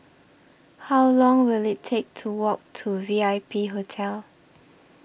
How Long Will IT Take to Walk to V I P Hotel